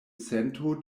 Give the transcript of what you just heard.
sento